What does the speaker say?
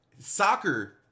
Soccer